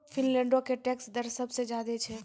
फिनलैंडो के टैक्स दर सभ से ज्यादे छै